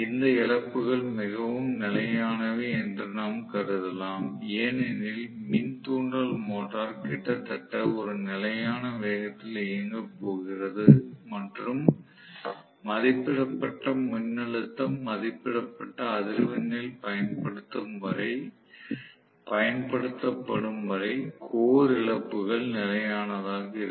இந்த இழப்புகள் மிகவும் நிலையானவை என்று நாம் கருதலாம் ஏனெனில் மின் தூண்டல் மோட்டார் கிட்டத்தட்ட ஒரு நிலையான வேகத்தில் இயங்கப் போகிறது மற்றும் மதிப்பிடப்பட்ட மின்னழுத்தம் மதிப்பிடப்பட்ட அதிர்வெண்ணில் பயன்படுத்தப்படும் வரை கோர் இழப்புகள் நிலையானதாக இருக்கும்